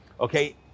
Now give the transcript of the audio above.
Okay